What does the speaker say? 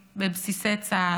בבסיסי צה"ל,